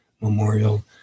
memorial